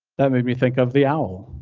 that made me think of the owl.